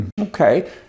Okay